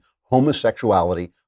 homosexuality